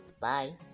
Bye